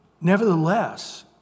nevertheless